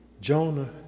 Jonah